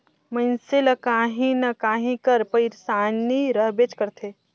मइनसे ल काहीं न काहीं कर पइरसानी रहबेच करथे